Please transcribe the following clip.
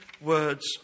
words